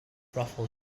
ruffled